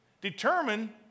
determine